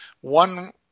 one